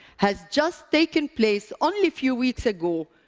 has just taken place only a few weeks ago,